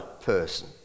person